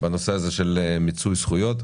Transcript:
בנושא הזה של מיצוי זכויות.